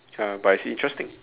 ya but it's interesting